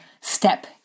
step